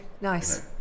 nice